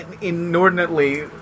inordinately